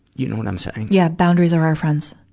you know what i'm saying? yeah, boundaries are our friends.